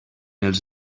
els